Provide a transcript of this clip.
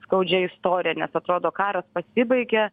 skaudžia istorija nes atrodo karas pasibaigė